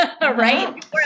right